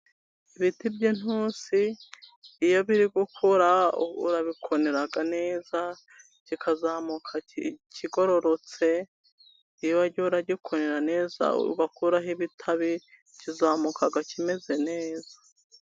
Ibiti by'intunsi, iyo biri gukura urabikonera neza kikazamuka kigororotse, iyo wagiye uragikonera neza ugakuraho ibitabi, kizamuka kimeze neza.